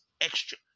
extra